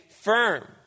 firm